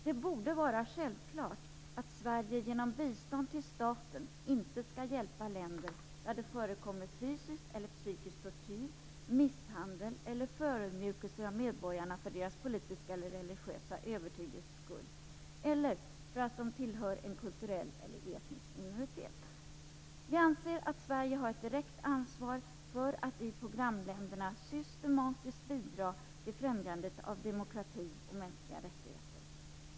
Det borde vara självklart att Sverige genom bistånd till staten inte skall hjälpa länder där fysisk eller psykisk tortyr eller misshandel förekommer. Förödmjukelser av medborgarna för deras politiska eller religiösa övertygelses skull eller för att de tillhör en kulturell eller etnisk minoritet får inte heller förekomma. Vi moderater anser att Sverige har ett direkt ansvar för att i programländerna systematiskt bidra till främjandet av demokrati och mänskliga rättigheter.